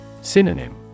Synonym